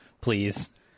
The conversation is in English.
please